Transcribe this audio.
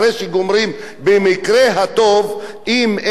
אם אין זליגה ממערכת החינוך,